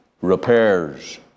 Repairs